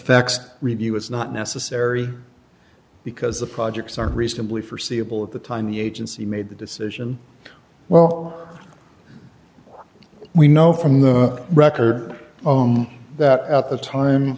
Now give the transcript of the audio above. facts review was not necessary because the projects are reasonably forseeable at the time the agency made the decision well we know from the record that at the time